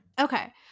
okay